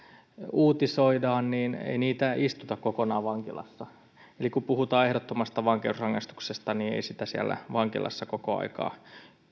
uutisoidaan istuta kokonaan vankilassa eli kun puhutaan ehdottomasta vankeusrangaistuksesta niin ei sitä siellä vankilassa koko aikaa